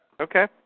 Okay